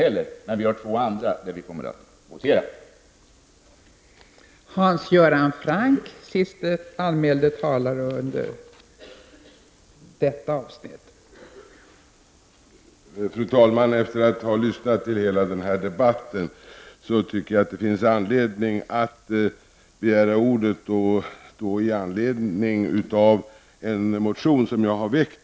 Beträffande två andra reservationer kommer vi dock att begära votering.